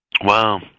Wow